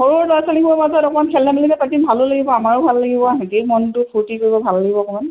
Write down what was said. সৰু ল'ৰা ছোৱালীবোৰ মাজত অকণমান খেল ধেমালি পাতিম ভালো লাগিব আমাৰো ভাল লাগিব একেই মনটো ফূৰ্তি কৰিব ভাল লাগিব অকণমান